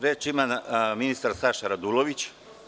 Reč ima ministar Saša Radulović.